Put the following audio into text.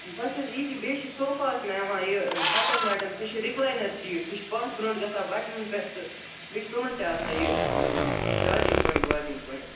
بَس حظ ییٚتی بیٚیہِ چھُ صوفاہَس مےٚ یِوان یہِ بَٹَن وَٹَن سُہ چھِ رِکلینَر سیٖٹ سُہ چھُ پَتھ برٛونٛٹھ گژھان بَٹنَن پٮ۪ٹھ تہٕ بیٚیہِ چھِ تِمَن تہِ آسان یہِ چارجِنٛگ پوایِنٛٹ وارجِنٛگ پوایِنٛٹ